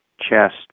chest